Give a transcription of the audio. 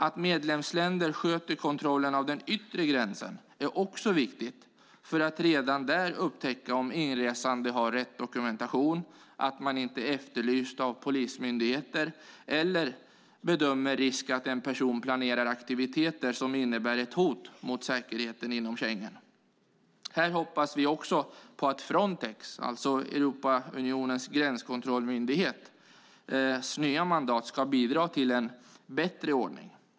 Att medlemsländer sköter kontrollen av den yttre gränsen är också viktigt för att redan där kunna avgöra att inresande har rätt dokumentation och inte är efterlysta av polismyndigheter samt för att kunna bedöma om risk finns för att en person planerar aktiviteter som innebär ett hot mot säkerheten inom Schengen. Vi hoppas också att det nya mandatet för Frontex, EU:s gränskontrollmyndighet, ska bidra till en bättre ordning.